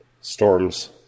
Storms